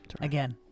Again